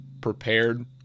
prepared